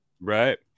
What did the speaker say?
right